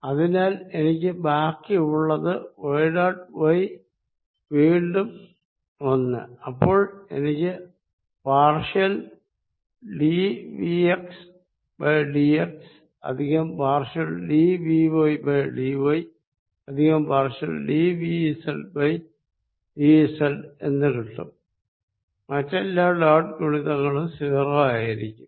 അതിനാൽ എനിക്ക് ബാക്കി ഉള്ളത് yഡോട്ട് y വീണ്ടും 1 അപ്പോൾ എനിക്ക് partial dvxdx plus partial dvydy plus partial dvzdz എന്ന് കിട്ടും മറ്റെല്ലാ ഡോട്ട് ഗുണിതങ്ങളും 0 ആയിരിക്കും